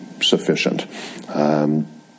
sufficient